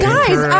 Guys